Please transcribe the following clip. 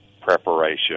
preparation